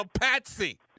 Patsy